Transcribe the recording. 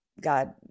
God